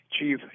Chief